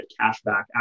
cashback